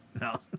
No